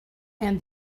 and